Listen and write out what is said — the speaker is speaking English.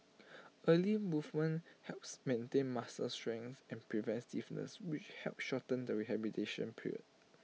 early movement helps maintain muscle strength and prevents stiffness which help shorten the rehabilitation period